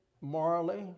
Morally